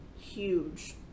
huge